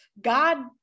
God